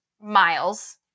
miles